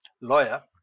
lawyer